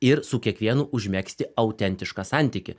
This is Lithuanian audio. ir su kiekvienu užmegzti autentišką santykį